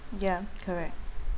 ya correct